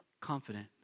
confident